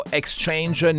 exchange